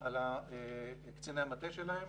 על קציני המטה שלהם